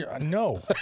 No